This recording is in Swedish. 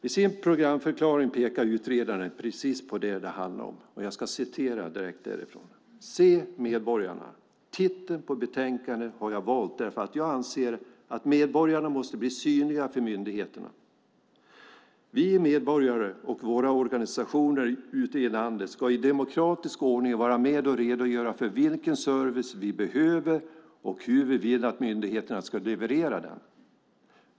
I sin programförklaring pekar utredaren precis på det som det handlar om: Titeln på betänkandet har jag valt därför att jag anser att medborgarna måste bli synliga för myndigheterna. Vi medborgare och våra organisationer ute i landet ska i demokratisk ordning vara med och redogöra för vilken service vi behöver och hur vi vill att myndigheterna ska leverera den.